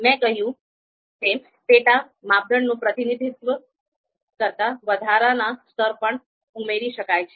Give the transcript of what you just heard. મેં કહ્યું તેમ પેટા માપદંડનું પ્રતિનિધિત્વ કરતા વધારાના સ્તર પણ ઉમેરી શકાય છે